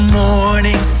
morning